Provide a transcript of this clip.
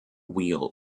wheel